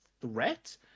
threat